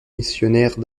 missionnaires